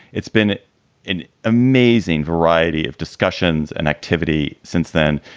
it's been an amazing variety of discussions and activity since then.